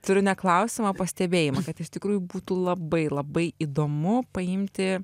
turiu ne klausimą o pastebėjimą kad iš tikrųjų būtų labai labai įdomu paimti